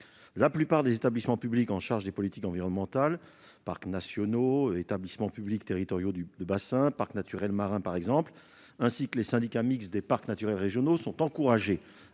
La plupart des établissements publics en charge de politiques environnementales- parcs nationaux, établissements publics territoriaux de bassin, parcs naturels marins, par exemple -, ainsi que les syndicats mixtes des parcs naturels régionaux sont encouragés